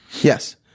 Yes